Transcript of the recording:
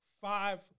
five